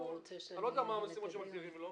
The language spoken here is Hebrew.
אני לא יודע מה התעדוף שלו